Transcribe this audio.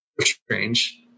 strange